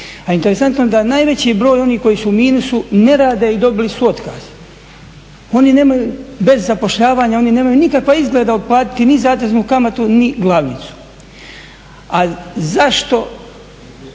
interesantno je da najveći broj onih koji su u minusu ne rade i dobili su otkaz, bez zapošljavanja oni nemaju nikakva izgleda otplatiti ni zateznu kamatu ni glavnicu. A zašto,